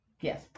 Yes